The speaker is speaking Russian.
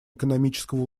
экономического